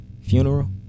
Funeral